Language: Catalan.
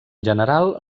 general